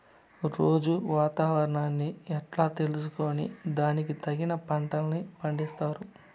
రోజూ వాతావరణాన్ని ఎట్లా తెలుసుకొని దానికి తగిన పంటలని పండిస్తారు?